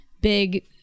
big